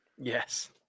Yes